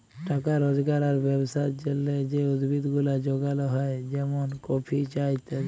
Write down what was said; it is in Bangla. টাকা রজগার আর ব্যবসার জলহে যে উদ্ভিদ গুলা যগাল হ্যয় যেমন কফি, চা ইত্যাদি